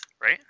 right